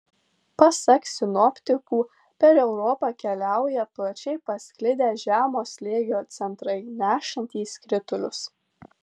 pasak sinoptikų per europą keliauja plačiai pasklidę žemo slėgio centrai nešantys kritulius